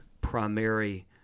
primary